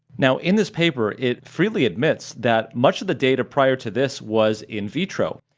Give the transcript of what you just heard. now in this paper, it freely admits that much of the data prior to this was in vitro,